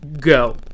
Go